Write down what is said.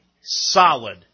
solid